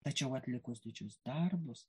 tačiau atlikus didžius darbus